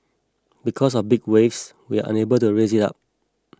because of big waves we unable to raise it up